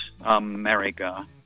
America